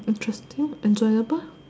interesting enjoyable